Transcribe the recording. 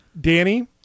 Danny